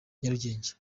nyarugenge